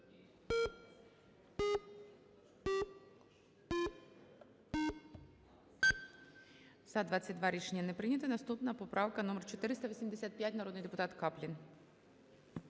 За-22 Рішення не прийнято. Наступна поправка номер 485, народний депутат Каплін.